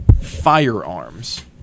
firearms